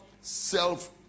self